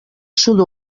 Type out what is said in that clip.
sud